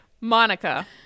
Monica